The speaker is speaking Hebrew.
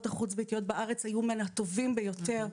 החוץ-ביתיות בארץ היה מן הטובים ביותר.